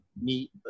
meet